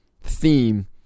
theme